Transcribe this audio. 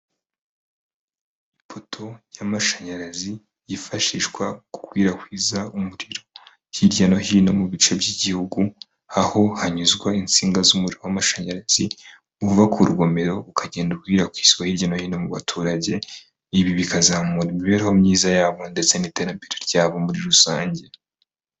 Ipoto y'amashanyarazi yifashishwa mu gukwirakwiza umuriro hirya no hino mu bice by'igihugu, aho hanyuzwa insinga z'umuriro w'amashanyarazi, uva ku rugomero ukagenda ukwirakwizwa hirya no hino mu baturage, ibi bikazamura imibereho myiza yabo ndetse n'iterambere ryabo muri rusange.